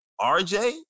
RJ